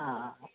हा